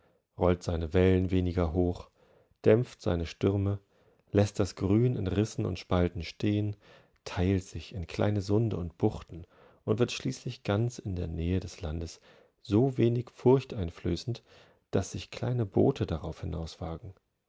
rollt seine wellen weniger hoch dämpft seine stürme läßt das grün in rissen und spalten stehen teiltsichinkleinesundeundbuchtenundwirdschließlichganzinder nähe des landes so wenig furcht einflößend daß sich kleine boote darauf